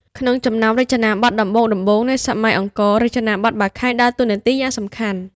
ក្នុងចំណោមរចនាបថដំបូងៗនៃសម័យអង្គរ រចនាបថ បាខែង ដើរតួនាទីយ៉ាងសំខាន់។